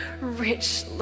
rich